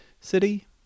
city